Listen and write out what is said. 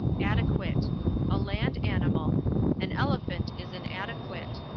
adequate a land animal an elephant is an adequate.